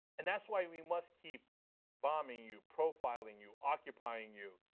and that is why we must keep bombing you, profiling you, occupying you,